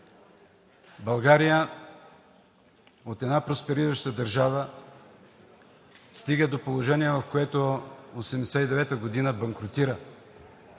България от една просперираща държава стига до положение, в което през 1989 г. банкрутира.